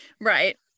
Right